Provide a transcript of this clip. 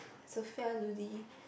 Sophia Ludy